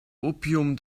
opium